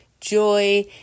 joy